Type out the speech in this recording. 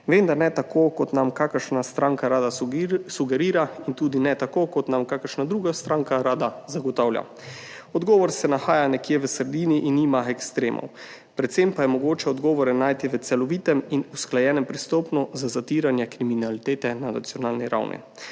vendar ne tako, kot nam kakšna stranka rada sugerira, in tudi ne tako, kot nam kakšna druga stranka rada zagotavlja. Odgovor se nahaja nekje v sredini in nima ekstremov, predvsem pa je mogoče odgovore najti v celovitem in usklajenem pristopu za zatiranje kriminalitete na nacionalni ravni.